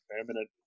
permanent